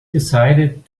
decided